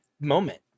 moment